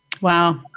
Wow